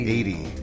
Eighty